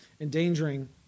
endangering